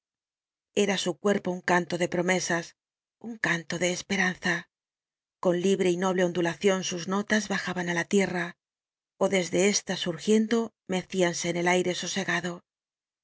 era su cuerpo un canto de promesas un canto de esperanza con libre y noble ondulación sus notas bajaban á la tierra ó desde ésta surgiendo mecíanse en el aire sosegado